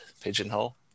Pigeonhole